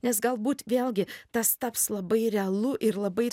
nes galbūt vėlgi tas taps labai realu ir labai